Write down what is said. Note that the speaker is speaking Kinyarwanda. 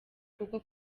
kuko